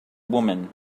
woman